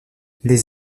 les